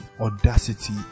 audacity